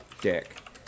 dick